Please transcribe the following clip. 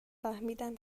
فهمیدم